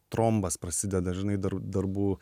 trombas prasideda žinai dar darbų